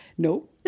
No